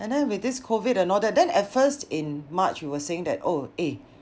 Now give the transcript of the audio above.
and then with this COVID and all that then at first in march we were saying that oh eh